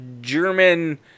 German